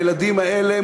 הילדים האלה,